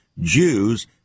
Jews